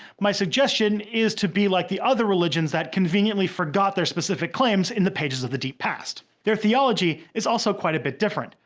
my suggestion is to be like other religions that conveniently forgot their specific claims in the pages of the deep past. their theology is also quite a bit different.